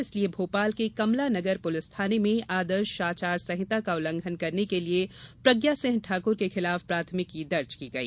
इसलिए भोपाल के कमला नगर पुलिस थाने में आदर्श आचार संहिता का उल्लंघन करने के लिए प्रज्ञा सिंह ठाकुर के खिलाफ प्राथमिकी दर्ज की गई